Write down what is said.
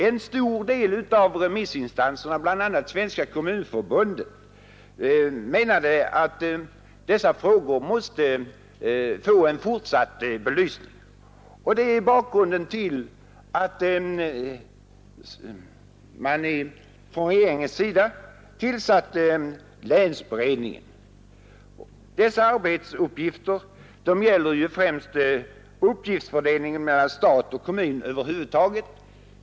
En stor del av remissinstanserna, bl.a. Svenska kommunförbundet, menade att dessa frågor måste få en fortsatt belysning. Detta är bakgrunden till att regeringen tillsatte länsberedningen. Dess arbetsuppgifter gäller ju främst uppgiftsfördelningen mellan stat och kommun över huvud taget.